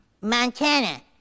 Montana